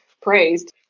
praised